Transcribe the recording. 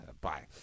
Bye